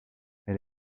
elle